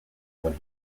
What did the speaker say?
when